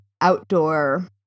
outdoor –